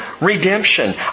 redemption